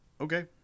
Okay